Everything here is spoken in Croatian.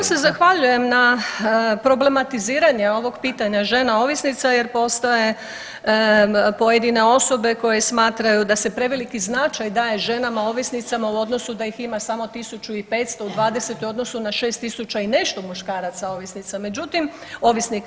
Ja se zahvaljujem na problematiziranje ovog pitanja žena ovisnica jer postoje pojedine osobe koje smatraju da se preveliki značaj daje ženama ovisnicama u odnosu da ih ima samo 1.500 u '20. u odnosu na 6.000 i nešto muškaraca ovisnica, ovisnika.